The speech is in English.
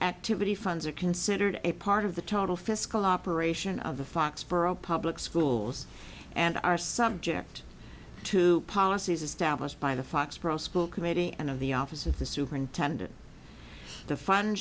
activity funds are considered a part of the total fiscal operation of the foxboro public schools and are subject to policies established by the foxboro school committee and of the office of the superintendent the fun